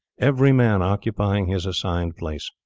every man occupying his assigned place.